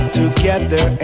together